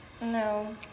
No